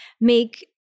make